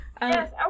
Yes